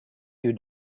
you